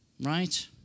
Right